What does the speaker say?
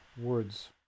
words